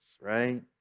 right